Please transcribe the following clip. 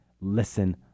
listen